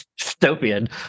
dystopian